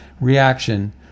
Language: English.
reaction